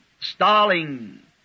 Stalin